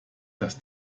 das